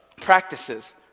practices